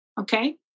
okay